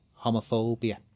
homophobia